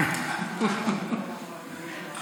בבקשה.